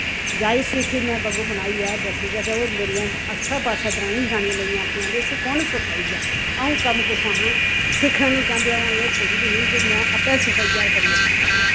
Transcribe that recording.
जांच सीखिए में बग्गू बनाइयै दस्सी दित्ता ते आसे पासे दरानियां जठानियां लगियां आखन इस्सी कौन सिखाईया अ'ऊं कम कुसे आखा सीखना निं चाह्न्दी अ'ऊं एह् सोचदी ही में आपू सिखोइया एह् अच्छी गल्ल ऐ